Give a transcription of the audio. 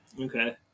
Okay